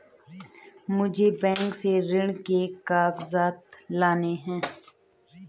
मुझे बैंक से ऋण के कागजात लाने हैं